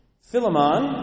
Philemon